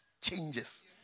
changes